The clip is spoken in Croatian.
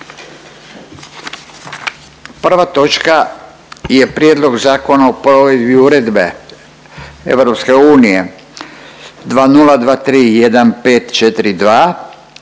Prva točka je: - Prijedlog Zakona o provedbi Uredbe (EU) 2023/1542